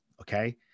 okay